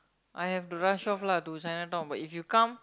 I have to rush off lah to Chinatown but if you come